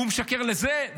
הוא משקר לזה,